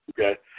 okay